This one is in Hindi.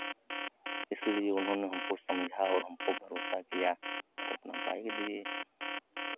इसलिए उन्होंने हमको समझा और हमको भरोसा किया तो अपना बाइक दिए